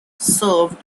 served